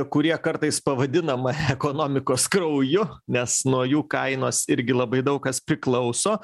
kurie kartais pavadinami ekonomikos krauju nes nuo jų kainos irgi labai daug kas priklauso